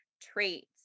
traits